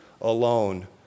alone